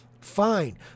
fine